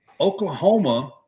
Oklahoma